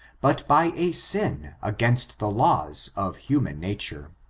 but by a sin against the laws of human nature.